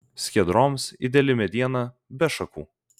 skiedroms ideali mediena be šakų